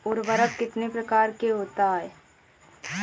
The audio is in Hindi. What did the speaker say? उर्वरक कितनी प्रकार के होता हैं?